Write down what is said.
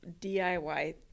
DIY